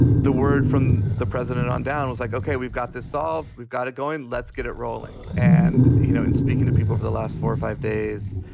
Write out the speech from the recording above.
the word from the president on down was like, ok, we've got this solved. we've got it going. let's get it rolling. and, you know, in speaking to people for the last four or five days,